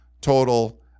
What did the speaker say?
total